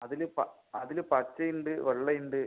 അതില് പ അതില് പച്ച ഉണ്ട് വെള്ള ഉണ്ട്